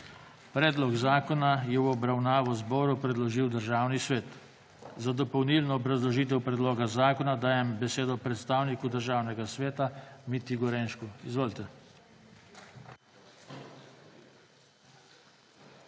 Predlog zakona je v obravnavo Državnemu zboru predložil Državni svet. Za dopolnilno obrazložitev predloga zakona dajem besedo predstavniku Državnega sveta Mitji Gorenščku. Izvolite.